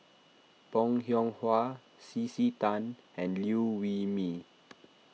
Bong Hiong Hwa C C Tan and Liew Wee Mee